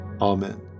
amen